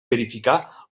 verificar